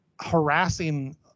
harassing